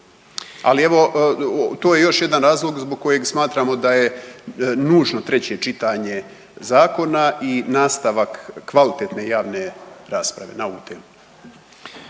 ali evo to je još jedan razlog zbog kojeg smatramo da je nužno treće čitanje zakona i nastavak kvalitetne javne rasprave na ovu temu.